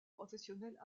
professionnelles